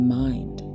mind